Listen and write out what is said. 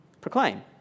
proclaim